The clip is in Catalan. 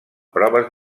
proves